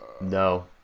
no